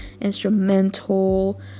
instrumental